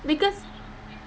because